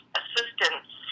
assistance